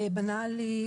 בנלי,